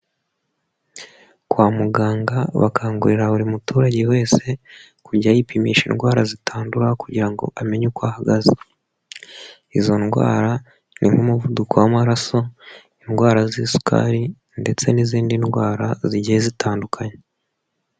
Kwa muganga bakangurira buri muturage wese kujya yipimisha indwara zitandura, kugira ngo amenye uko ha ahaze. Izo ndwara ni nk'umuvuduko w'amaraso, indwara z'isukari, ndetse n'izindi ndwara zigiye zitandukanye.